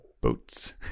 boats